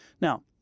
Now